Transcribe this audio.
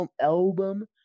album